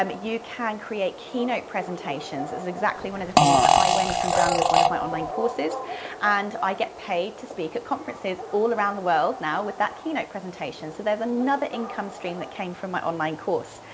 um you can create keynote presentations. it's exactly one of the things that i went and done with one of my online courses and i get paid to speak at conferences all around the world now with that keynote presentation, so there's another income stream that came from my online course.